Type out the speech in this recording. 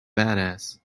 badass